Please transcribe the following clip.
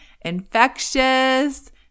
infectious